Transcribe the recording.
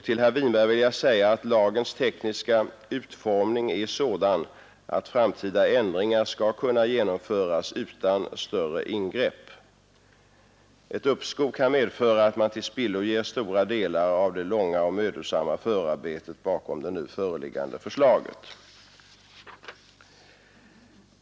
Till herr Winberg vill jag säga att lagens tekniska utformning är sådan att framtida ändringar skall kunna genomföras utan större ingrepp. Ett uppskov kan medföra att man tillspilloger stora delar av det långa och mödosamma förarbetet bakom det nu föreliggande förslaget.